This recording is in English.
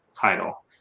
title